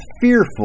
fearful